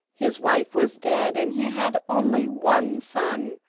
his wife was dead, and he had only one son,